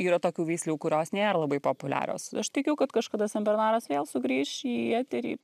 yra tokių veislių kurios nėra labai populiarios aš tikiu kad kažkada senbernaras vėl sugrįš į eterį